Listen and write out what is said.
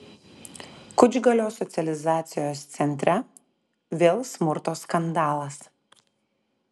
kučgalio socializacijos centre vėl smurto skandalas